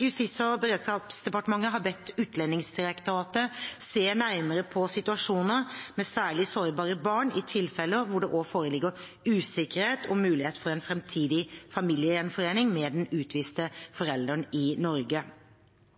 Justis- og beredskapsdepartementet har bedt Utlendingsdirektoratet se nærmere på situasjoner med særlig sårbare barn i tilfeller hvor det også foreligger usikkerhet om mulighet for en framtidig familiegjenforening med den utviste forelderen i Norge.